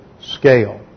scale